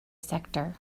sector